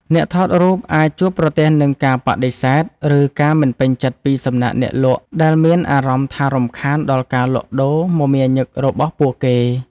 អ្នកថតរូបអាចជួបប្រទះនឹងការបដិសេធ ឬការមិនពេញចិត្តពីសំណាក់អ្នកលក់ ដែលមានអារម្មណ៍ថារំខានដល់ការលក់ដូរមមាញឹករបស់ពួកគេ។